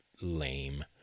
lame